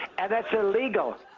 and that's illegal.